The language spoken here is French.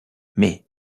mais